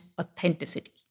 authenticity